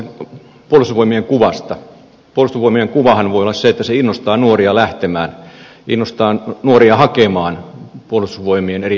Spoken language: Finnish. puolustusvoimien kuvahan voi olla se että se innostaa nuoria lähtemään innostaa nuoria hakemaan puolustusvoimien eri yksiköihin